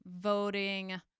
voting